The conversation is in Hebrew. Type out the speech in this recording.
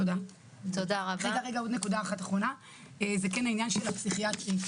נקודה אחרונה שזה העניין של הפסיכיאטרי.